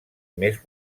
més